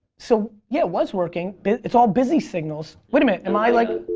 so yeah was working it's all busy signals. wait a minute am i like.